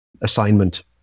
assignment